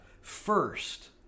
First